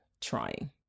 trying